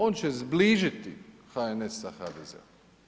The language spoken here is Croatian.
On će zbližiti HNS sa HDZ-om.